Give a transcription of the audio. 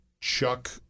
Chuck